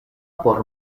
por